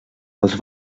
els